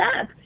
up